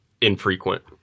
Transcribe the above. infrequent